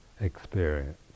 experience